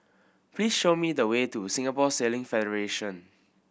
please show me the way to Singapore Sailing Federation